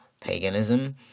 paganism